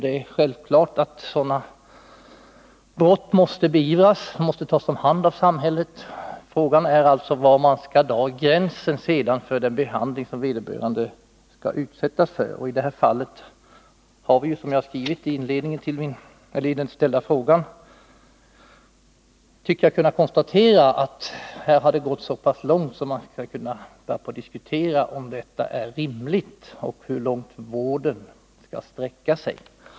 Det är självklart att sådana brott måste beivras och brottslingen tas om hand av samhället. Frågan är var man sedan skall dra gränsen för den behandling som vederbörande skall utsättas för. I det här fallet har jag — som jag har skrivit i inledningen till den av mig ställda frågan — tyckt mig kunna konstatera att myndigheten har gått så pass långt att man kan börja diskutera om detta är rimligt och hur långt vården skall sträcka sig.